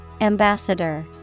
Ambassador